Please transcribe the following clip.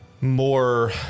more